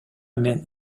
мен